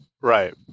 Right